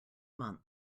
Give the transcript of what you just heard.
month